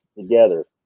together